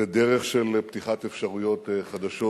ודרך של פתיחת אפשרויות חדשות.